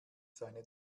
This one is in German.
seine